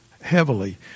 heavily